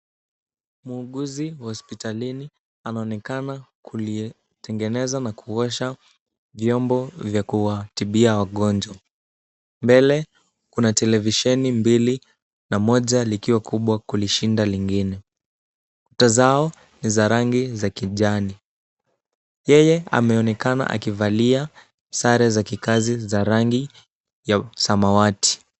Muuguzi wa hospitalini anaonekana kulitengeneza na kuosha vyombo vya kuwatibia wagonjwa. Mbele kuna televisheni mbili na moja likiwa kubwa kulishinda lingine. Kuta zao ni za rangi za kijani. Yeye ameonekana akivalia sare za kikazi za rangi ya samawati.